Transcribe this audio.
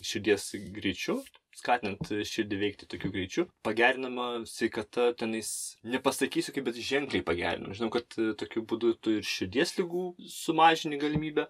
širdies greičiu skatinant širdį veikti tokiu greičiu pagerinama sveikata tenais nepasakysiu kaip bet ženkliai pagerinama žinau kad tokiu būdu tu ir širdies ligų sumažini galimybę